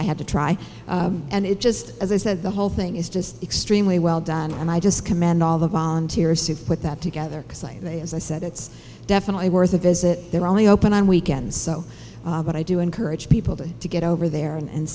i had to try and it just as i said the whole thing is just extremely well done and i just commend all the volunteers who put that together they as i said it's definitely worth a visit they're only open on weekends so what i do encourage people to get over there and